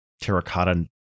terracotta